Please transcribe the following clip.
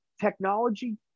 technology